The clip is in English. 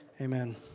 Amen